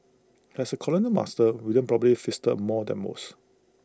as A colonial master William probably feasted more than most